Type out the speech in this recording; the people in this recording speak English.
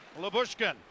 Labushkin